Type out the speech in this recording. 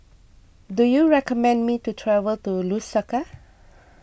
do you recommend me to travel to Lusaka